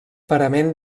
parament